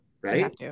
Right